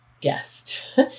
guest